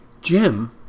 Jim